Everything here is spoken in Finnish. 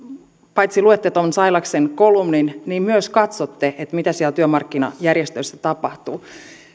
paitsi luette tuon sailaksen kolumnin niin myös katsotte mitä siellä työmarkkinajärjestöissä tapahtuu